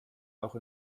auch